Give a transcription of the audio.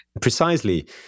Precisely